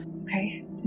Okay